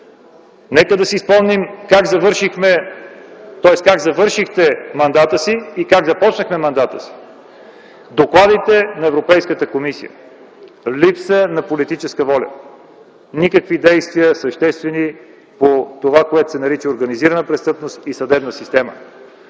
Нека да си спомним как завършихте мандата си и как започнахме мандата си – докладите на Европейската комисия: липса на политическа воля, никакви съществени действия по това, което се нарича организирана престъпност и съдебна система.